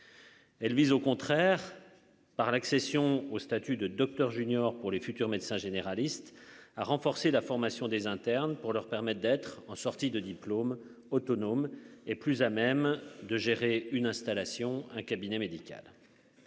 Elle vise au contraire par l'accession au statut de Docteur junior pour les futurs médecins généralistes à renforcer la formation des internes pour leur permettent d'être en sortie de diplôme autonome et plus à même de gérer une installation, un cabinet médical.